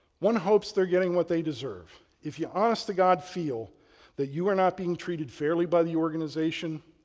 one hopes they're getting what they deserve. if you honest to god, feel that you are not being treated fairly by the organization,